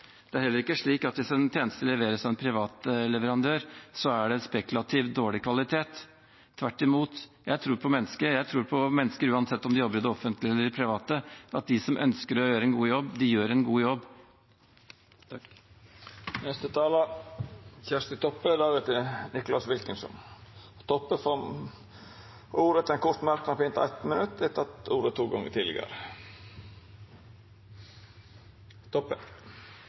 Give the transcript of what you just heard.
tvert imot. Jeg tror på mennesker. Jeg tror på mennesker uansett om de jobber i det offentlige eller i det private, og at de som ønsker å gjøre en god jobb, gjør en god jobb. Representanten Kjersti Toppe har hatt ordet to gonger tidlegare og får ordet til ein kort merknad, avgrensa til 1 minutt.